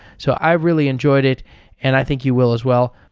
so i really enjoyed it and i think you will as well.